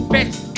Best